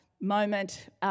moment